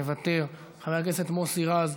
מוותר, חבר הכנסת מוסי רז,